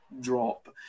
drop